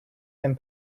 than